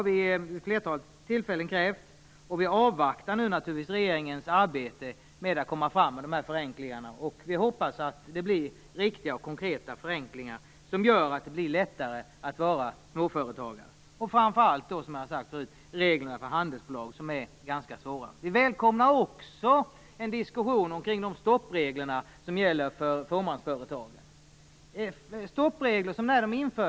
Vi avvaktar nu regeringens arbete med att komma fram med förslag till förenklingar och hoppas att det blir riktiga och konkreta förenklingar som gör det lättare att vara småföretagare. Framför allt gäller det, som jag sade, reglerna för handelsbolag, som är ganska svåra. Vi välkomnar också en diskussion om de stoppregler som gäller för fåmansföretagen.